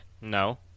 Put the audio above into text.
No